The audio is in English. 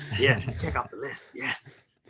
yeah. check out the list. yes.